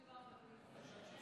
כשמדובר בקליטה,